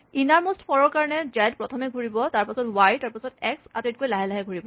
innermost for ৰ কাৰণে Z প্ৰথমে ঘূৰিব তাৰপাছত ৱাই তাৰপাছত এক্স আটাইতকৈ লাহে লাহে ঘূৰিব